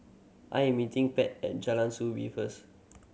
I'm meeting Pat at Jalan Soo Bee first